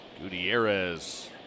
Gutierrez